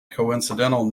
coincidental